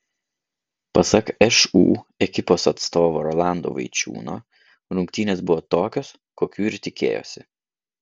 pasak šu ekipos atstovo rolando vaičiūno rungtynės buvo tokios kokių ir tikėjosi